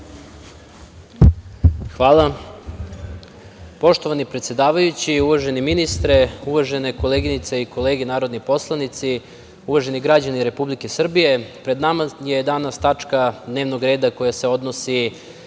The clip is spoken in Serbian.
Hvala. Poštovani predsedavajući, uvaženi ministre, uvažene koleginice i kolege narodni poslanici, uvaženi građani Republike Srbije, pred nama je danas tačka dnevnog reda koja se odnosi